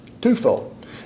twofold